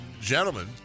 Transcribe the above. gentlemen